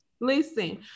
Listen